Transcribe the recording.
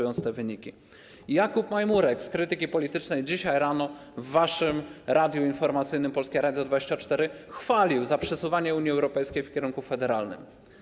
Jakub Majmurek z „Krytyki Politycznej” dzisiaj rano w waszym radiu informacyjnym Polskie Radio 24 chwalił za przesuwanie Unii Europejskiej w kierunku federalnym.